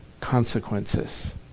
consequences